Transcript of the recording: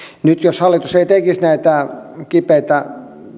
nyt jos hallitus ei tekisi näitä kipeitä